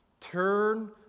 turn